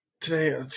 Today